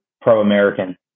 pro-American